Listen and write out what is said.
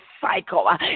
cycle